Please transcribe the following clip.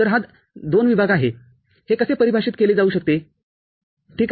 तर हा II विभाग आहे हे कसे परिभाषित केले जाऊ शकते ठीक आहे